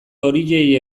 horiei